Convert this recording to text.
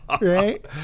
Right